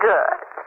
Good